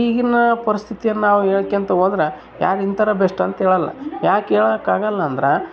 ಈಗಿನ ಪರಿಸ್ಥಿತಿಯನ್ನ ನಾವು ಹೇಳ್ಕೆಂತ ಹೋದ್ರ ಯಾರು ಇತರ ಬೆಸ್ಟ್ ಅಂತ ಹೇಳೊಲ್ಲ ಯಾಕೆ ಹೇಳೋಕಾಗಲ್ಲ ಅಂದ್ರೆ